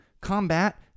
combat